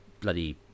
bloody